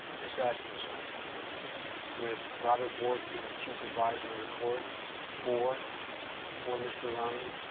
just ask yourself with robert bork being the chief adviser on the court for for mr. romney,